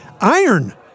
Iron